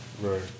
Right